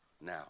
now